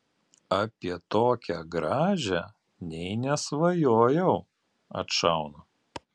apie tokią gražią nė nesvajojau atšaunu